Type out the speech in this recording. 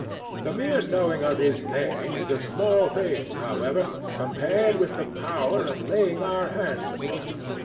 the mere knowing of his name is a small thing, however, compared with the power of laying our hands upon him.